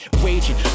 waging